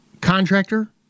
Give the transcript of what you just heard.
contractor